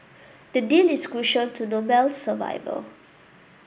the deal is crucial to Noble's survival